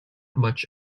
much